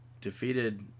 defeated